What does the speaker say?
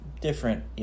different